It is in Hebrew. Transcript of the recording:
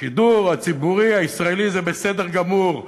השידור הציבורי הישראלי זה בסדר גמור.